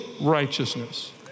righteousness